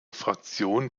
fraktion